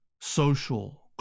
social